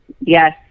yes